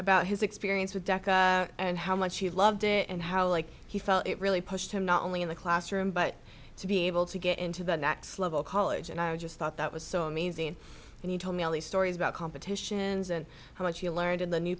about his experience with decca and how much he loved it and how like he felt it really pushed him not only in the classroom but to be able to get into the next level college and i just thought that was so amazing and he told me all these stories about competitions and how much he learned in the new